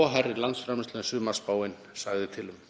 og hærri landsframleiðslu en sumarspáin sagði til um.